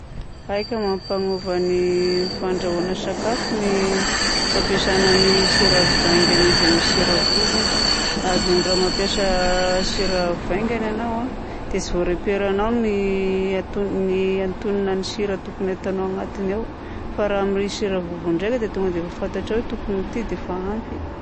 Aika, mampagnova ny fandrahoana sakafo ny fampiasana ny sira vaingany izy amin'ny sira vovony. Azony raha mampiasa sira vaingana ianao a dia tsy voareperanao ny anton- ny antonona ny sira tokony ataonao agnatiny ao. Fa raha amin'ny sira vovony ndraika dia tonga dia efa fantatrao tokony ity dia efa ampy.